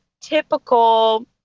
typical